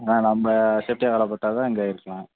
ஏன்னால் நம்ம சேஃப்டியாக வேலை பார்த்தா தான் இங்கே இருக்கலாம்